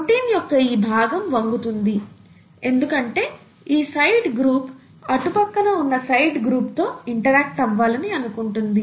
protein యొక్క ఈ భాగం వంగుతుంది ఎందుకంటే ఈ సైడ్ గ్రూప్ అటు పక్కన ఉన్న సైడ్ గ్రూప్ తో ఇంటరాక్ట్ అవ్వాలని అనుకుంటుంది